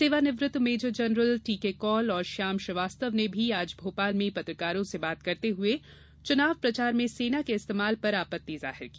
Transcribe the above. सेवानिवृत्त major general T K Kaul और श्याम श्रीवास्तव ने भी आज भोपाल में पत्रकारों से बात करते हुए चुनाव प्रचार में सेना के इस्तेमाल पर आपत्ति जाहिर की